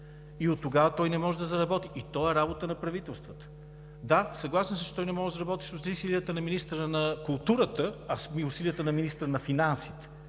и оттогава той не може да заработи, и това е работа на правителствата. Да, съгласен съм, че той не може да заработи с усилията на министъра на културата, а с усилията на министъра на финансите.